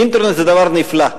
אינטרנט זה דבר נפלא.